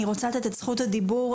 אני רוצה לתת את זכות הדיבור,